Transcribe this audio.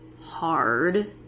hard